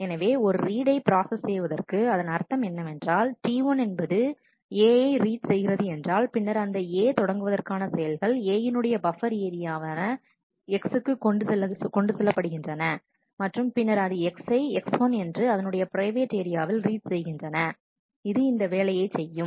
எனவே ஒரு ரீடை ப்ராசஸ் செய்வதற்கு அதன் அர்த்தம் என்னவென்றால் T1 என்பது A ரீட் செய்கிறது என்றால் பின்னர் அந்த A தொடங்குவதற்கான செயல்கள் Aனுடைய பப்பர் ஏரியாவான X க்கு கொண்டு கொண்டு செல்கின்றன மற்றும் பின்னர் அது X யை x1 என்று அதனுடைய பிரைவேட் ஏரியாவில் ரீட் செய்கின்றன இது இந்த வேலையை செய்யும்